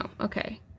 okay